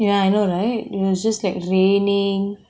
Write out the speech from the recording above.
ya I know right it was just like raining